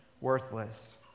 worthless